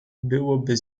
byłoby